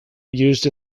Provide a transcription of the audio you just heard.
used